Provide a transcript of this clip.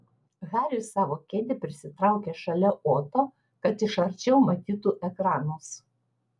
haris savo kėdę prisitraukė šalia oto kad iš arčiau matytų ekranus